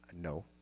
No